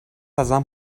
ازم